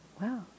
wow